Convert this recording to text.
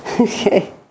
Okay